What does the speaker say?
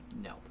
No